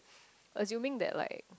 assuming that like